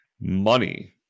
Money